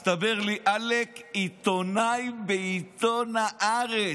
הסתבר לי, עלק עיתונאי בעיתון הארץ,